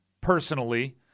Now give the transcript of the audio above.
personally